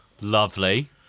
lovely